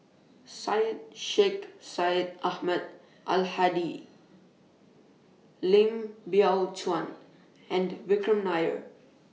Syed Sheikh Syed Ahmad Al Hadi Lim Biow Chuan and Vikram Nair